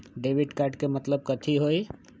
Debit card के मतलब कथी होई?